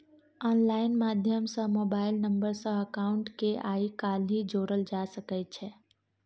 online माध्यम सँ mobile number सँ अकाउंट केँ आइ काल्हि जोरल जा सकै छै